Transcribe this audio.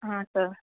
हा सर